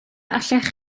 allech